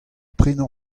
prenañ